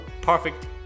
perfect